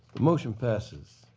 motion passes.